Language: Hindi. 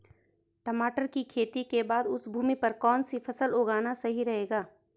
टमाटर की खेती के बाद उस भूमि पर कौन सी फसल उगाना सही रहेगा?